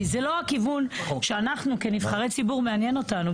כי זה לא הכיוון שאנחנו כנבחרי ציבור מעניין אותנו.